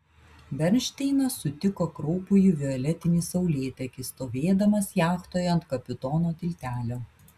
bernšteinas sutiko kraupųjį violetinį saulėtekį stovėdamas jachtoje ant kapitono tiltelio